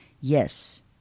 Yes